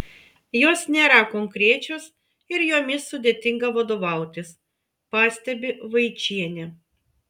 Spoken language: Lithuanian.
jos nėra konkrečios ir jomis sudėtinga vadovautis pastebi vaičienė